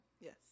yes